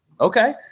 Okay